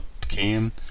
came